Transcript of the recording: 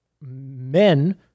men